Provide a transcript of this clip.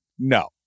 No